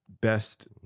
best